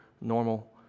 normal